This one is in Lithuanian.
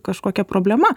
kažkokia problema